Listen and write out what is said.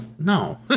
No